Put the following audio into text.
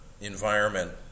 environment